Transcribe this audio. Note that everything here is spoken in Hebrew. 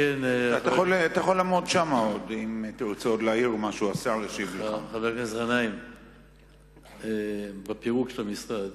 חבר הכנסת גנאים, בפירוק של המשרד,